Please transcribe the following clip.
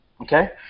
Okay